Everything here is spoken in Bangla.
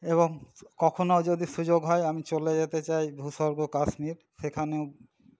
এবং কখনো যদি সুযোগ হয় আমি চলে যেতে চাই ভূস্বর্গ কাশ্মীর সেখানেও